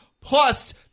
Plus